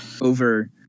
over